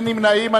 ואין נמנעים.